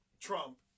Trump